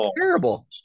terrible